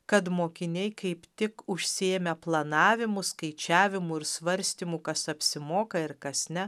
kad mokiniai kaip tik užsiėmę planavimu skaičiavimu ir svarstymu kas apsimoka ir kas ne